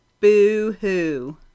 boo-hoo